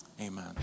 amen